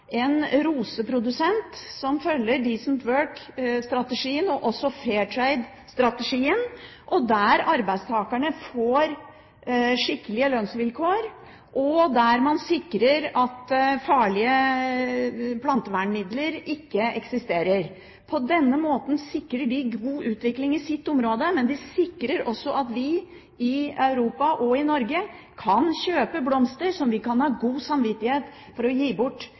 en roseprodusent som følger «decent work»-strategien og også «fair trade»-strategien, der arbeidstakerne får skikkelige lønnsvilkår, og der man sikrer at farlige plantevernmidler ikke eksisterer. På denne måten sikrer de god utvikling i sitt område, men de sikrer også at vi i Europa og i Norge kan kjøpe blomster som vi med god samvittighet kan gi bort